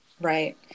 Right